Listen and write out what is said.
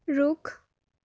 रुख